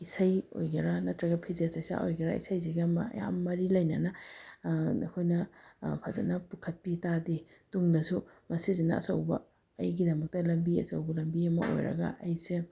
ꯏꯁꯩ ꯑꯣꯏꯒꯦꯔꯥ ꯅꯠꯇ꯭ꯔꯒ ꯐꯤꯖꯦꯠ ꯆꯥꯛꯆꯥ ꯑꯣꯏꯒꯦꯔꯥ ꯏꯁꯩꯁꯤꯒ ꯌꯥꯝ ꯃꯔꯤ ꯂꯩꯅꯅ ꯑꯩꯈꯣꯏꯅ ꯐꯖꯅ ꯄꯨꯈꯠꯄꯤ ꯇꯥꯔꯗꯤ ꯇꯨꯡꯗꯁꯨ ꯃꯁꯤꯁꯤꯅ ꯑꯆꯧꯕ ꯑꯩꯒꯤꯗꯃꯛꯇ ꯂꯝꯕꯤ ꯑꯆꯧꯕ ꯂꯝꯕꯤ ꯑꯃ ꯑꯣꯏꯔꯒ ꯑꯩꯁꯦ